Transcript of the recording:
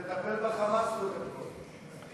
ה"חמאס" תטפל ב"חמאס" קודם כול.